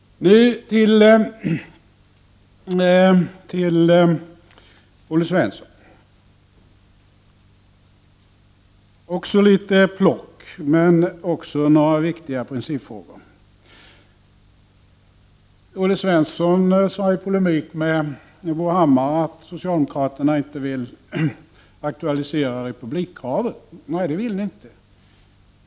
Så till Olle Svensson några plockkommentarer men också några viktiga principfrågor. Olle Svensson sade i polemik med Bo Hammar att socialdemokraterna inte vill aktualisera republikkravet. Nej, det vill ni inte.